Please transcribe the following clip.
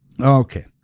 Okay